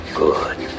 good